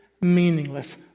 meaningless